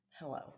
Hello